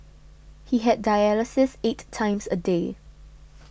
he had dialysis eight times a day